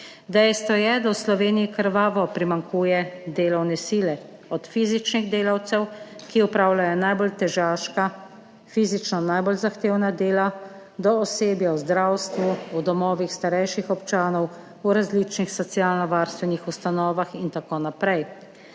Dejstvo je, da v Sloveniji krvavo primanjkuje delovne sile, od fizičnih delavcev, ki opravljajo najbolj težaška, fizično najbolj zahtevna dela, do osebja v zdravstvu, v domovih starejših občanov, v različnih socialnovarstvenih ustanovah in tako naprej.